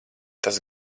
tas